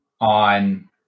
on